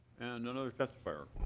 and another testifier.